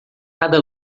cada